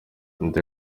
leta